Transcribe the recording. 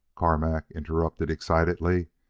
carmack interrupted excitedly.